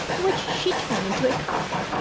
which she turned into a cough.